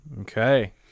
Okay